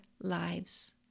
lives